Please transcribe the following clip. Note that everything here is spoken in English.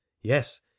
yes